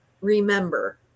remember